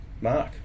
Mark